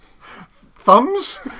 Thumbs